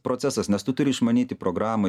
procesas nes tu turi išmanyti programą